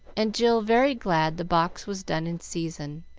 and jill very glad the box was done in season.